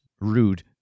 rude